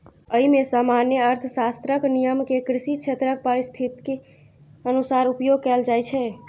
अय मे सामान्य अर्थशास्त्रक नियम कें कृषि क्षेत्रक परिस्थितिक अनुसार उपयोग कैल जाइ छै